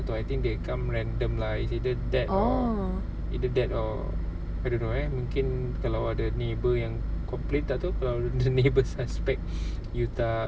I tak tahu I think they come random lah it's either that or either that or I don't know eh mungkin kalau ada neighbour yang complain tak tahu kalau the neighbours suspect you you tak